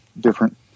different